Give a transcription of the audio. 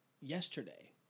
yesterday